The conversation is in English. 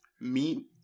Meet